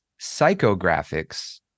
psychographics